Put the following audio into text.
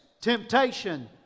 temptation